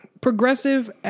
progressive